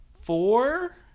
four